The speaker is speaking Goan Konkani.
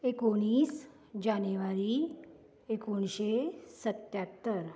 एकोणीस जानेवारी एकोणशें सत्त्यात्तर